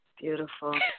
Beautiful